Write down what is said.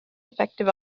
effective